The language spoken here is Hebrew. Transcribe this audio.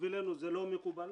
בשבילנו זה לא מקובל,